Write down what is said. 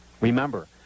Remember